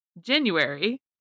January